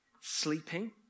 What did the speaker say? sleeping